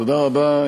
תודה רבה,